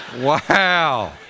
Wow